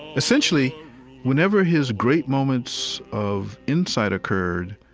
essentially whenever his great moments of insight occurred,